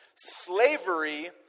slavery